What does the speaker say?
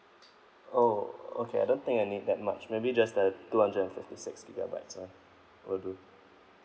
oh okay I don't think I need that much maybe just the two hundred and fifty six gigabytes one will do